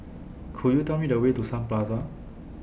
Could YOU Tell Me The Way to Sun Plaza